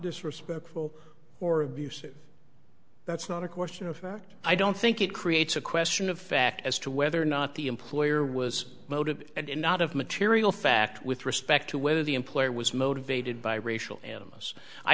disrespectful or abusive that's not a question of fact i don't think it creates a question of fact as to whether or not the employer was motive and not of material fact with respect to whether the employer was motivated by racial animus i